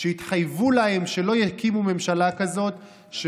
שהתחייבו להם שלא ירכיבו ממשלה כזאת.